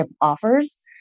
offers